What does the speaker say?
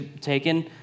taken